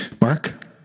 Mark